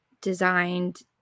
designed